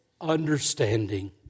Understanding